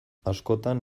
askotan